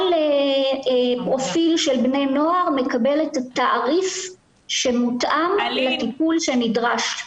כל פרופיל של בני נוער מקבל את התעריף שמותאם לטיפול שנדרש עבורו.